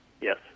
Yes